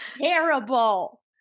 Terrible